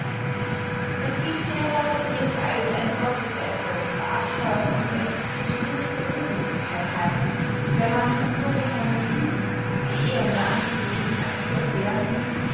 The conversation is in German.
es giebt derer die es als eine gotteslästerung verabscheuen und es für die höchste ruchlosigkeit halten wenn man von so geheimen dingen die ehender anzubeten als zu erklären sind